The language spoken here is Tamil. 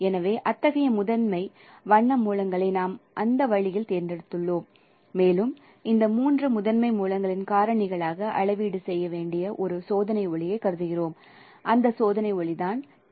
எனவே அத்தகைய முதன்மை வண்ண மூலங்களை நாம் அந்த வழியில் தேர்ந்தெடுத்துள்ளோம் மேலும் இந்த மூன்று முதன்மை மூலங்களின் காரணிகளாக அளவீடு செய்ய வேண்டிய ஒரு சோதனை ஒளியைக் கருதுகிறோம் அந்த சோதனை ஒளி "T"